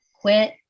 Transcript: quit